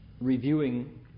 reviewing